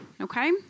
okay